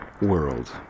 world